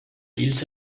ilse